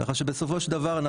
כך שבסופו של דבר,